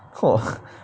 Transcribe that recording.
!wah!